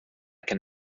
can